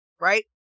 right